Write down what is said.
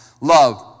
love